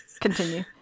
continue